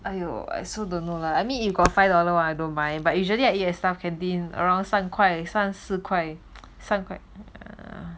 !aiyo! I so don't know lah I mean if got five dollar [one] I don't mind but usually I eat at staff canteen around 三块四块三块